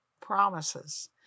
promises